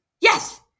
Yes